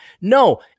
No